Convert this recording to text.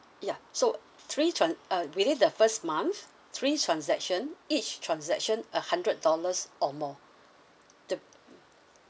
ya so three tran~ uh within the first month three transaction each transaction a hundred dollars or more the